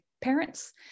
parents